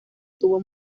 tuvo